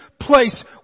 place